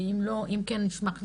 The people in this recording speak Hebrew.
אם כן נשמח לשמוע,